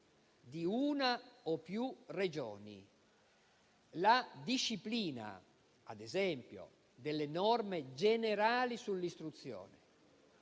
di una o più Regioni la disciplina, ad esempio, delle norme generali sull'istruzione,